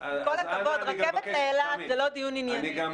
רכבת לאילת זה לא דיון ענייני.